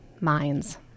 minds